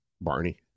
Barney